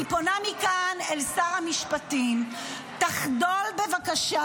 אני פונה מכאן אל שר המשפטים: תחדל בבקשה